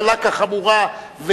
קלה כחמורה,